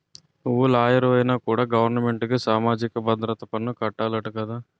నువ్వు లాయరువైనా కూడా గవరమెంటుకి సామాజిక భద్రత పన్ను కట్టాలట కదా